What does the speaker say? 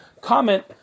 comment